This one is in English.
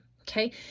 Okay